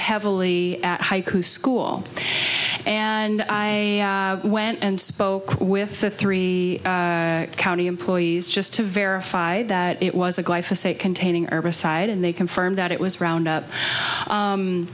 heavily at school and i went and spoke with the three county employees just to verify that it was a guy for say containing herbicide and they confirmed that it was round up